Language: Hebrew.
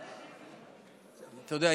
אתה יודע,